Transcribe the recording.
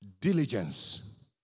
diligence